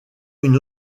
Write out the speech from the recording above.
une